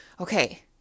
okay